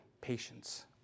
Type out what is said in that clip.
patience